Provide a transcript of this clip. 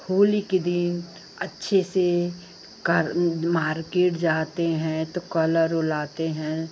होली के दिन अच्छे से कर मार्केट जाते हैं तो कलर ऊ लाते हैं